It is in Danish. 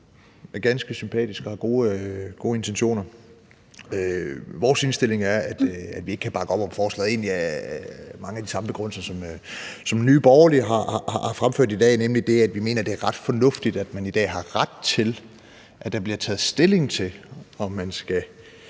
som er ganske sympatisk og har gode intentioner. Vores indstilling er, at vi ikke kan bakke op om forslaget af egentlig mange af de samme begrundelser, som Nye Borgerlige har fremført i dag, nemlig at vi mener, det er ret fornuftigt, at man i dag har ret til, at der bliver taget stilling til, om man har